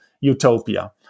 utopia